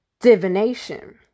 divination